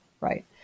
right